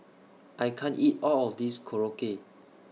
I can't eat All of This Korokke